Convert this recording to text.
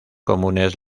comunes